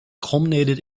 culminated